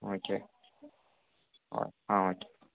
okay okay